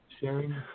sharing